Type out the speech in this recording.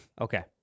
Okay